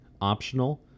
Optional